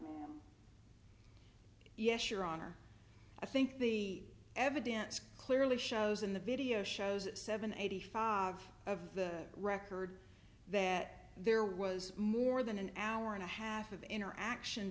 yes your honor i think the evidence clearly shows in the video shows seven eighty five of the record that there was more than an hour and a half of interaction